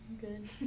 Good